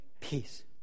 peace